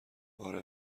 آره